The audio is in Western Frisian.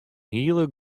hiele